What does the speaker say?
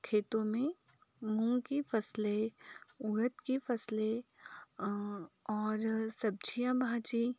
खेतों में मूँग की फसलें उड़द की फसलें और सब्जियाँ भाजी